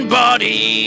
body